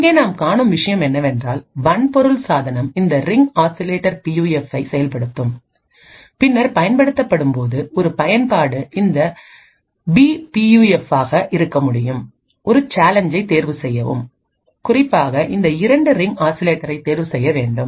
இங்கே நாம் காணும் விஷயம் என்னவென்றால் வன்பொருள் சாதனம் இந்த ரிங் ஆசிலேட்டர் பியூஎஃப்பை செயல்படுத்தும் பின்னர் பயன்படுத்தப்படும்போது ஒரு பயன்பாடு இந்த பி பி யூ எஃப்பாக ஆக இருக்க முடியாது ஒரு சேலஞ்சை தேர்வுசெய்யவும் குறிப்பாக இந்த இரண்டு ரிங் ஆக்சிலேட்டரை தேர்வு செய்ய வேண்டும்